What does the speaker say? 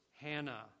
Hannah